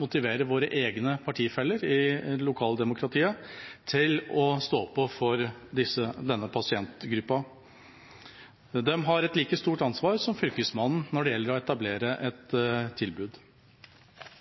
motivere våre egne partifeller i lokaldemokratiet til å stå på for denne pasientgruppa. De har et like stort ansvar som Fylkesmannen når det gjelder å etablere et tilbud.